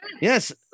yes